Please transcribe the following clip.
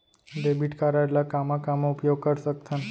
Debit card ला कामा कामा उपयोग कर सकथन?